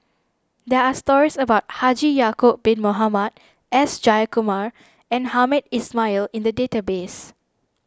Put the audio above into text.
there are stories about Haji Ya'Acob Bin Mohamed S Jayakumar and Hamed Ismail in the database